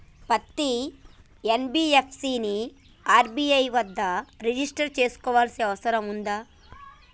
పత్తి ఎన్.బి.ఎఫ్.సి ని ఆర్.బి.ఐ వద్ద రిజిష్టర్ చేసుకోవాల్సిన అవసరం ఉందా?